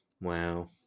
Wow